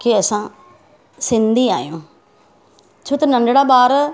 के असां सिंधी आहियूं छो त नढिड़ा ॿार